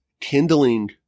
kindling